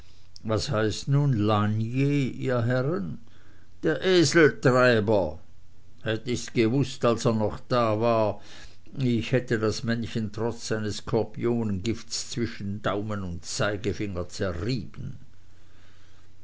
was heißt nun lasnier ihr herren der eseltreiber hätte ich's gewußt als er noch da war ich hätte das männchen trotz seines skorpionengifts zwischen daumen und zeigefinger zerrieben